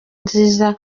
nziza